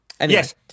Yes